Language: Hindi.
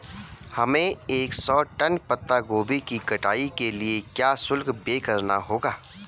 हमें एक सौ टन पत्ता गोभी की कटाई के लिए क्या शुल्क व्यय करना होगा?